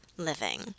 Living